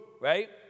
right